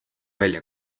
välja